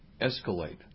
escalate